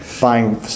buying